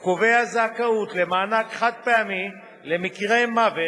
הוא קובע זכאות למענק חד-פעמי למקרה מוות,